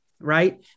right